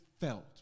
felt